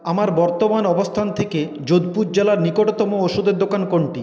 আমার বর্তমান অবস্থান থেকে যোধপুর জেলার নিকটতম ওষুধের দোকান কোনটি